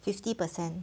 fifty per cent